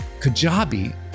Kajabi